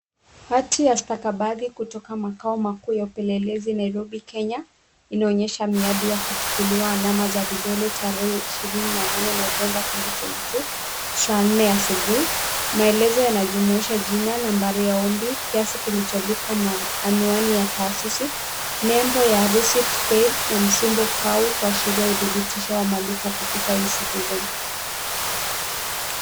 Hati ya stakabadhi kutoka makao makuu ya upelelezi Nairobi Kenya inaonesha miadi ya kuchukuliwa alama za vidole tarehe ishirini na nane Novemba 2022 saa nne asubuhi. Maelezo yanajumuisha jina, nambari ya ombi, kiasi kilicholipwa na anwani ya taasisi. Nembo ya receipt paid na msimbo pau kuashiria udhibitisho wa malipo kupita ecitizen.